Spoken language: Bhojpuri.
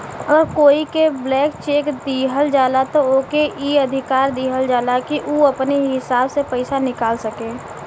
अगर कोई के ब्लैंक चेक दिहल जाला त ओके ई अधिकार दिहल जाला कि उ अपने हिसाब से पइसा निकाल सके